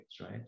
right